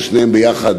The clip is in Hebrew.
ששתיהן יחד,